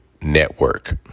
network